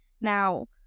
now